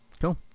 Cool